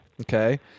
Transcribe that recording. Okay